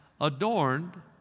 adorned